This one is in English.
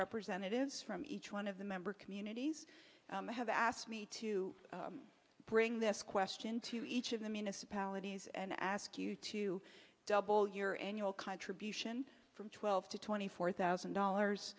representatives from each one of the member communities have asked me to bring this question to each of the municipalities and i ask you to double your annual contribution from twelve to twenty four thousand dollars